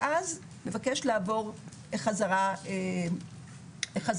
ואז מבקש לעבור חזרה לצפון,